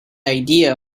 idea